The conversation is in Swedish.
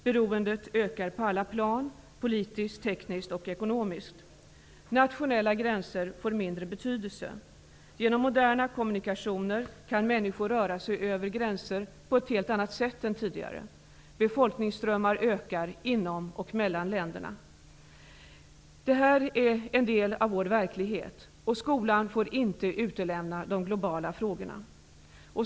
Beroendet ökar på alla plan: politiskt, tekniskt och ekonomiskt. Nationella gränser får mindre betydelse. Genom moderna kommunikationer kan människor röra sig över gränser på ett helt annat sätt än tidigare. Befolkningsströmmar ökar inom och mellan länderna. Detta är en del av vår verklighet -- skolan får därför inte utelämna de globala frågorna.